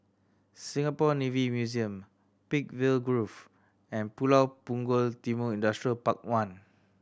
Singapore Navy Museum Peakville Grove and Pulau Punggol Timor Industrial Park One